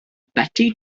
beti